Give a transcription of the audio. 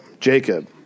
Jacob